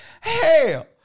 hell